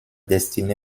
destiné